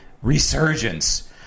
resurgence